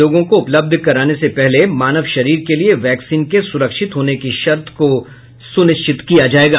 लोगों को उपलब्ध कराने से पहले मानव शरीर के लिये वैक्सीन के सुरक्षित होने की शर्त को सुनिश्चित किया जायेगा